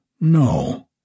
No